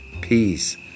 peace